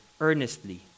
earnestly